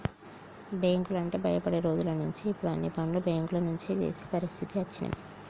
బ్యేంకులంటే భయపడే రోజులనుంచి ఇప్పుడు అన్ని పనులు బ్యేంకుల నుంచే జేసే పరిస్థితికి అచ్చినం